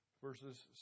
verses